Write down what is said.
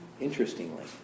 interestingly